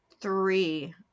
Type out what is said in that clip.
three